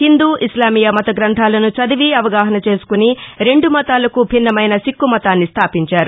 హిందూ ఇస్లామియా మత గ్రంథాలను చదివి అవగాహన చేసుకుని రెండు మతాలకు భిన్నమైన సిక్కు మతాన్ని స్లాపించారు